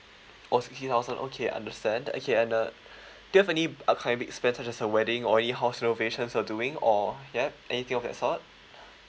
orh fifty thousand okay understand okay and uh do you have any upcoming big spent such as uh wedding or any house renovation are doing or yes anything of that sort